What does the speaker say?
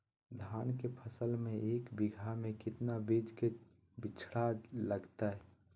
धान के फसल में एक बीघा में कितना बीज के बिचड़ा लगतय?